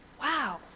Wow